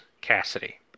Cassidy